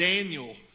Daniel